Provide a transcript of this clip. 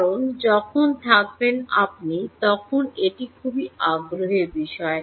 কারণ আপনি যখন থাকবেন তখন এটি খুব আগ্রহের বিষয়